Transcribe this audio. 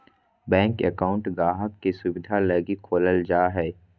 bank account गाहक़ के सुविधा लगी खोलल जा हय